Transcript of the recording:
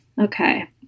Okay